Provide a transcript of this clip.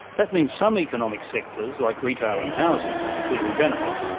that means some economic sectors like retail and housing clearly benefit.